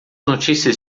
notícias